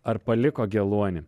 ar paliko geluonį